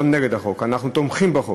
הן לא נגד החוק, אנחנו תומכים בחוק,